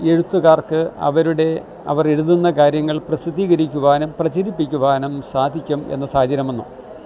എഴുത്തുകാർക്ക് അവരുടെ അവർ എഴുതുന്ന കാര്യങ്ങൾ പ്രസിദ്ധീകരിക്കുവാനും പ്രചരിപ്പിക്കുവാനും സാധിക്കുമെന്ന സാഹചര്യം വന്നു